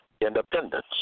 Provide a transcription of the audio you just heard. independence